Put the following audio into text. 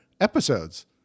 episodes